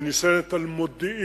היא נשענת בעיקר על מודיעין,